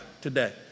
today